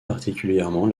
particulièrement